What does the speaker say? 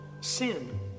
sin